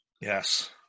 Yes